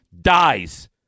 dies